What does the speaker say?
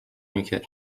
میکرد